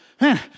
man